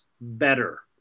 better